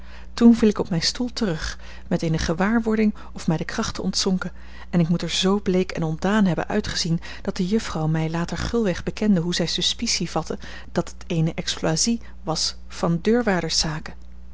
toen viel ik op mijn stoel terug met eene gewaarwording of mij de krachten ontzonken en ik moet er zoo bleek en ontdaan hebben uitgezien dat de juffrouw mij later gulweg bekende hoe zij suspicie vatte dat het eene exploisie was van deurwaarderszaken